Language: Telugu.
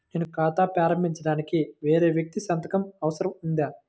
నేను ఖాతా ప్రారంభించటానికి వేరే వ్యక్తి సంతకం అవసరం ఉందా?